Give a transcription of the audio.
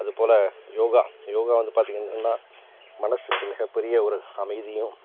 அது போல் யோகா யோகா வந்து பார்த்தீங்கன்னு சொன்னால் மனதுக்கு மிகப்பெரிய ஒரு அமைதியும்